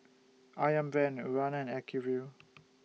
Ayam Brand Urana and Acuvue